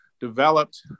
developed